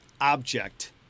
object